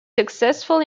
successful